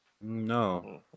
no